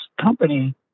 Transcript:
company